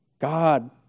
God